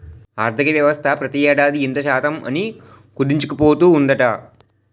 ఆర్థికవ్యవస్థ ప్రతి ఏడాది ఇంత శాతం అని కుదించుకుపోతూ ఉందట